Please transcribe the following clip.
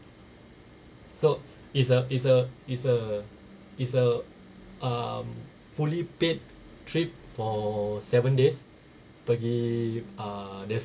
so is a is a is a is a um fully paid trip for seven days pergi uh their